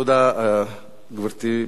הרווחה והבריאות,